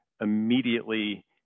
immediately